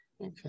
Okay